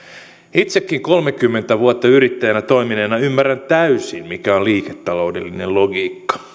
itsekin kolmekymmentä vuotta yrittäjänä toimineena ymmärrän täysin mikä on liiketaloudellinen logiikka